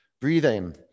Breathing